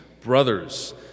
brothers